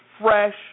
fresh